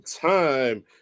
time